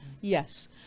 Yes